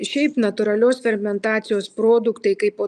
šiaip natūralios fermentacijos produktai kaip po